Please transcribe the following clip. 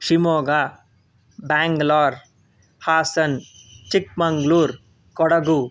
Shivamogga Bangalore Hassan Chikmagalur Kodagu